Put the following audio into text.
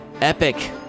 epic